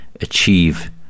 achieve